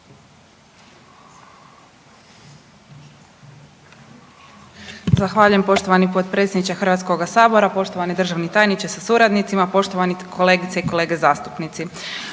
Zahvaljujem potpredsjedniče Hrvatskog sabora. Poštovani državni tajniče sa suradnicima, evo mi se, mi volimo reći